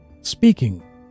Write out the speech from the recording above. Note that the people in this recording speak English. Speaking